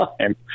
time